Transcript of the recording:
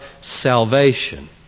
salvation